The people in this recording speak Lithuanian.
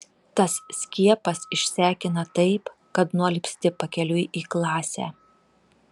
tas skiepas išsekina taip kad nualpsti pakeliui į klasę